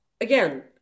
again